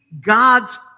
God's